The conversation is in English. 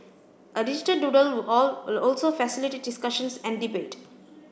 a digital doodle wall will also facilitate discussions and debate